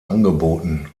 angeboten